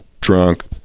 drunk